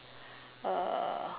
uh